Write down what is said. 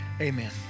amen